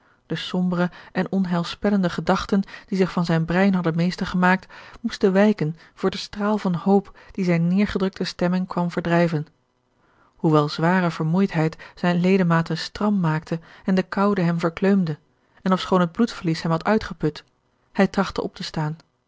de sombere en onheilspellende gedachten die zich van zijn brein hadden meester gemaakt moesten wijken voor den straal van hoop die zijne neêrgedrukte stemming kwam verdrijven hoewel zware vermoeidheid zijne ledematen stram maakte en de koude hem verkleumde en ofschoon het bloedverlies hem had uitgeput hij trachtte op te staan